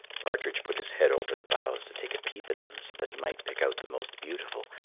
partridge put his head over the boughs to take a peep at them so that he might pick out the most beautiful,